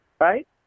right